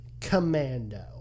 Commando